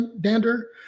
dander